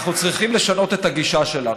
אנחנו צריכים לשנות את הגישה שלנו,